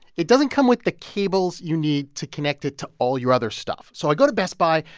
it doesn't come with the cables you need to connect it to all your other stuff. so i go to best buy,